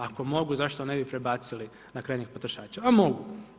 Ako mogu, zašto ne bi prebacili na krajnjeg potrošača, a mogu.